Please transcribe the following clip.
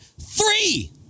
three